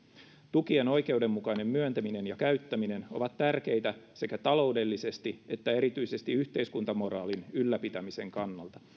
tukien oikeudenmukainen myöntäminen ja käyttäminen ovat tärkeitä sekä taloudellisesti että erityisesti yhteiskuntamoraalin ylläpitämisen kannalta